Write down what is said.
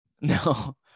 No